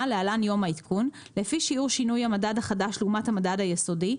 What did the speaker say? (להלן יום העדכון) לפי שיעור שינוי המדד החדש לעומת המדד היסודי.